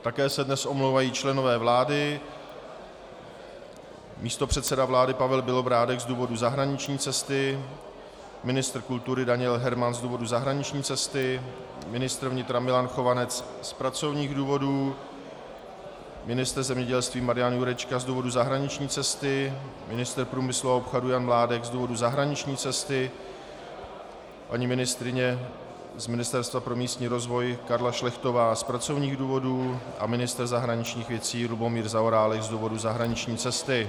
Také se dnes omlouvají členové vlády: místopředseda vlády Pavel Bělobrádek z důvodu zahraniční cesty, ministr kultury Daniel Herman z důvodu zahraniční cesty, ministr vnitra Milan Chovanec z pracovních důvodů, ministr zemědělství Marian Jurečka z důvodu zahraniční cesty, ministr průmyslu a obchodu Jan Mládek z důvodu zahraniční cesty, paní ministryně z Ministerstva pro místní rozvoj Karla Šlechtová z pracovních důvodů a ministr zahraničních věcí Lubomír Zaorálek z důvodu zahraniční cesty.